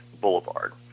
boulevard